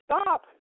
stop